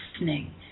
listening